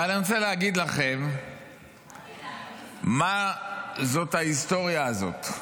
אבל אני רוצה להגיד לכם מה זאת ההיסטוריה הזאת.